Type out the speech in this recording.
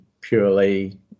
purely